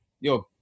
yo